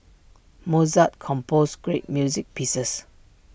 Mozart composed great music pieces